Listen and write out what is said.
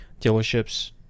dealerships